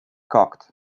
cocked